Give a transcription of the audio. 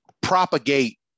propagate